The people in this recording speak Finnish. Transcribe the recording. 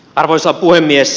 arvoisa puhemies